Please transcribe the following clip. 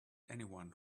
anyone